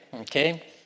okay